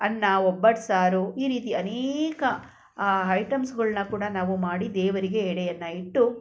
ಅನ್ನ ಒಬ್ಬಟ್ಟು ಸಾರು ಈ ರೀತಿ ಅನೇಕ ಐಟಮ್ಸ್ಗಳ್ನ ಕೂಡ ನಾವು ಮಾಡಿ ದೇವರಿಗೆ ಎಡೆಯನ್ನು ಇಟ್ಟು